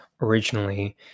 originally